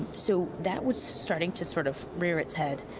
so, that was starting to sort of rear its head.